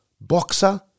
boxer